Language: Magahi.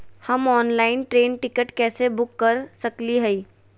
हम ऑनलाइन ट्रेन टिकट कैसे बुक कर सकली हई?